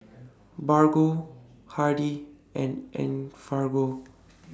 Bargo Hardy's and Enfagrow